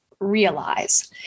Realize